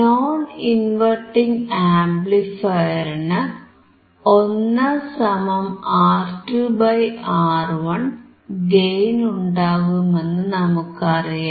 non inverting ആംപ്ലിഫയറിന് 1R2R1 gain ഉണ്ടാകുമെന്ന് നമുക്കറിയാം